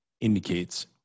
indicates